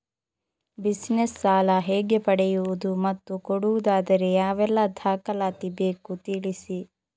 Business ಸಾಲ ಹೇಗೆ ಪಡೆಯುವುದು ಮತ್ತು ಕೊಡುವುದಾದರೆ ಯಾವೆಲ್ಲ ದಾಖಲಾತಿ ಬೇಕು ತಿಳಿಸಿ?